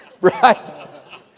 right